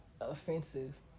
offensive